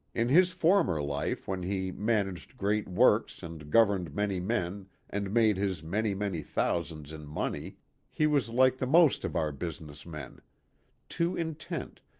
in his former life when he managed great works and governed many men and made his many, many thousands in money he was like the most of our business men too intent,